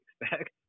expect